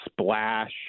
splash